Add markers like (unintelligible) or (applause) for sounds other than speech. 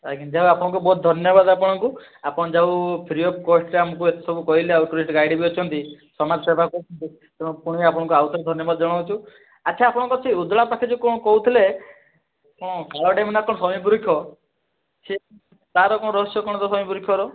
ଆଜ୍ଞା ଯାହା ହେଉ ଆପଣଙ୍କୁ ବହୁତ ଧନ୍ୟବାଦ ଆପଣଙ୍କୁ ଆପଣ ଯାହା ହେଉ ଫ୍ରି ଅଫ୍ କଷ୍ଟରେ ଆମକୁ ଏତେସବୁ କହିଲେ ଆଉ ଟୁରିଷ୍ଟ ଗାଇଡ଼ ବି ଅଛନ୍ତି ସମାଜ ସେବା କରୁଛନ୍ତି ତେଣୁ ଫୁଣି ଆପଣଙ୍କୁ ଆଉଥରେ ଧନ୍ୟବାଦ ଜଣଉଛୁ ଆଛା ଆପଣ ଯେଉଁ ଉଦଳା ପାଖେ ଯେଉଁ କ'ଣ କହୁଥିଲେ କ'ଣ ସେ (unintelligible) ତାର ରହସ୍ୟ କ'ଣ ପାଇଁ ପ୍ରିଫର